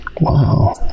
Wow